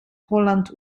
holland